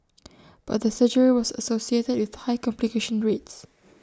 but the surgery was associated with high complication rates